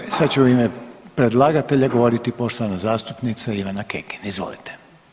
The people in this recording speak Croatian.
Ovaj sad će u ime predlagatelja govoriti poštovana zastupnica Ivana Kekin, izvolite.